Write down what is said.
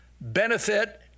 benefit